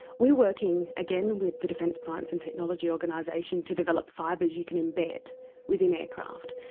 we're working again with the defence science and technology organisation to develop fibres you can embed within aircraft,